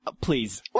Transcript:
Please